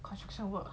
construction work